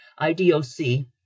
IDOC